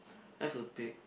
else will pick